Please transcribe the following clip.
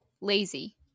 Lazy